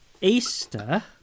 Easter